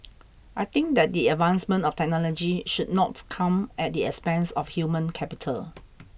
I think that the advancement of technology should not come at the expense of human capital